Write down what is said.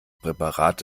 präparat